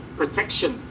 protection